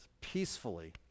peacefully